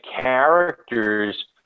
characters